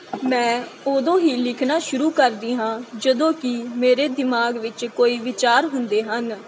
ਮੈਂ ਉਦੋਂ ਹੀ ਲਿਖਣਾ ਸ਼ੁਰੂ ਕਰਦੀ ਹਾਂ ਜਦੋਂ ਕਿ ਮੇਰੇ ਦਿਮਾਗ ਵਿੱਚ ਕੋਈ ਵਿਚਾਰ ਹੁੰਦੇ ਹਨ